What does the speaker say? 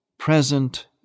present